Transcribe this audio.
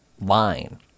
line